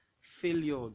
failure